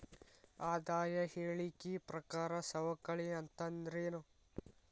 ಆದಾಯ ಹೇಳಿಕಿ ಪ್ರಕಾರ ಸವಕಳಿ ಅಂತಂದ್ರೇನು?